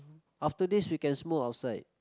after this we can Smule outside